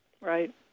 Right